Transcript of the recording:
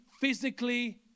physically